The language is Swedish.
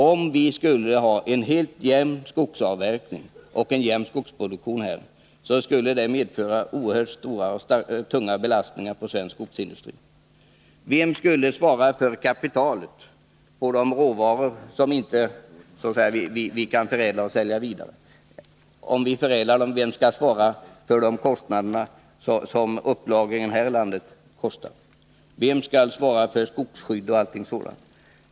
Om vi skulle ha en helt jämn skogsavverkning och en jämn skogsproduktion, skulle det medföra en oerhört tung belastning på svensk skogsindustri. Vem skulle svara för kapitalet i fråga om de råvaror som vi inte kan förädla och sälja? Och om vi förädlar råvaran, vem skall då svara för de kostnader som en upplagring här i landet medför? Vem skall svara för skogsskydd och allt sådant?